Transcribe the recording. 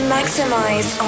Maximize